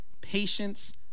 patience